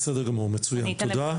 בסדר גמור, תודה.